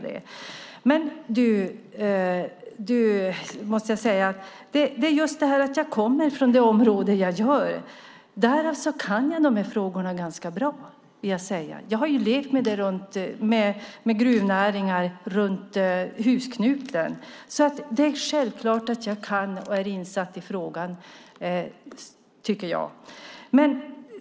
Det är därför att jag kommer från det område jag gör som jag kan frågorna bra. Jag har levt med gruvnäringar runt husknuten. Det är självklart att jag kan och är insatt i frågan.